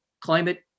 Climate